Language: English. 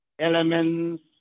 elements